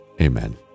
Amen